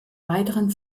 weiteren